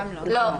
לא.